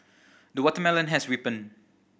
the watermelon has ripened